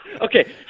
Okay